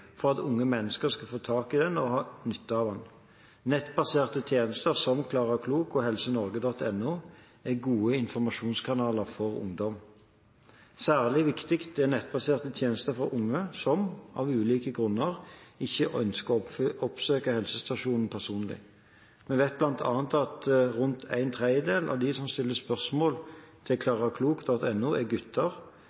for at unge mennesker skal få tak i den og ha nytte av den. Nettbaserte tjenester som Klara Klok og Helsenorge.no er gode informasjonskanaler for ungdom. Særlig viktig er nettbaserte tjenester for unge som av ulike grunner ikke ønsker å oppsøke helsestasjonen personlig. Vi vet bl.a. at rundt en tredjedel av dem som stiller spørsmål til